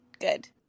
Good